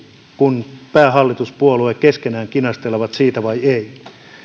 kun päähallituspuolueet keskenään kinastelevat siitä